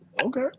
Okay